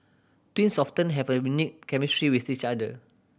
twins often have a unique chemistry with each other